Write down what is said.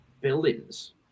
buildings